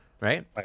Right